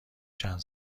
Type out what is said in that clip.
چند